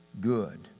good